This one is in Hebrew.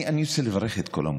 אני רוצה לברך את כל המורים: